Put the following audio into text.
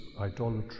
idolatry